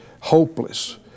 hopeless